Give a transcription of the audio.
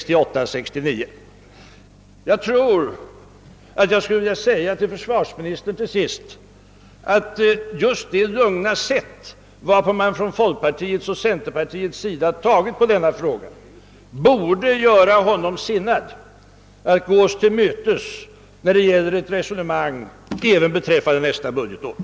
Till sist skulle jag vilja säga till försvarsministern att just det lugna sätt, varpå folkpartiet och centerpartiet har tagit på denna fråga, borde göra honom sinnad att gå oss till mötes när det gäller ett resonemang även beträffande nästa budgetår.